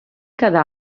cada